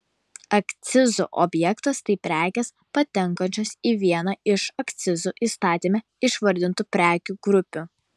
akcizų objektas tai prekės patenkančios į vieną iš akcizų įstatyme išvardintų prekių grupių